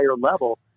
level